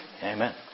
Amen